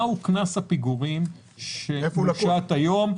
מה מודל קנס הפיגורים שמושת היום,